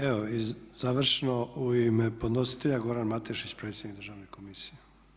Evo i završno u ime podnositelja Goran Matešić, predsjednik Državne komisije.